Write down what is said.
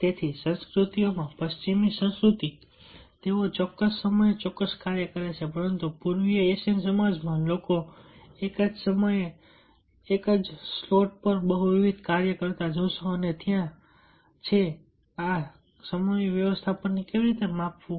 તેથી સંસ્કૃતિઓમાં પશ્ચિમી સંસ્કૃતિઓમાં તેઓ ચોક્કસ સમયે ચોક્કસ કાર્ય કરે છે પરંતુ પૂર્વીય એશિયન સમાજમાં તમે લોકોને એક જ સમયના સ્લોટ પર બહુવિધ કાર્ય કરતા જોશો અને ત્યાં છે આ સમય વ્યવસ્થાપનને કેવી રીતે માપવું